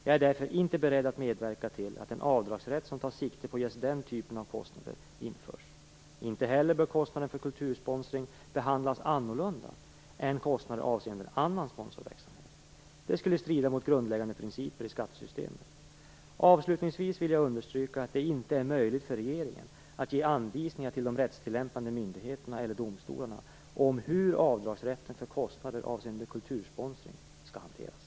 Jag är därför inte beredd att medverka till att en avdragsrätt som tar sikte på just den typen av kostnader införs. Inte heller bör kostnader för kultursponsring behandlas annorlunda än kostnader avseende annan sponsorverksamhet. Det skulle strida mot grundläggande principer i skattesystemet. Avslutningsvis vill jag understryka att det inte är möjligt för regeringen att ge anvisningar till de rättstillämpande myndigheterna eller domstolarna om hur avdragsrätten för kostnader avseende kultursponsring skall hanteras.